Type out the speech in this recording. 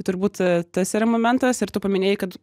turbūt tas yra momentas ir tu paminėjai kad